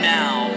now